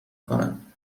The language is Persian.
کنم